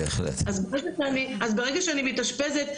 אז ברגע שאני מתאשפזת,